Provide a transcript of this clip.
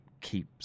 keep